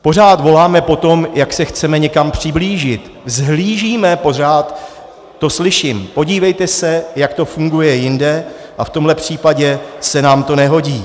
Pořád voláme po tom, jak se chceme někam přiblížit, vzhlížíme, pořád to slyším, podívejte se, jak to funguje jinde, a v tomhle případě se nám to nehodí.